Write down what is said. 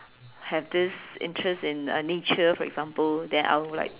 have this interest in nature for example then I would like